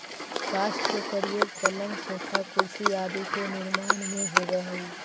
काष्ठ के प्रयोग पलंग, सोफा, कुर्सी आदि के निर्माण में होवऽ हई